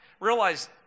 Realize